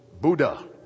Buddha